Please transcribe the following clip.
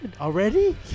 Already